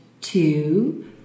two